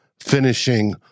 finishing